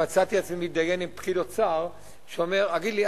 ומצאתי את עצמי מתדיין עם פקיד אוצר שאומר: תגיד לי,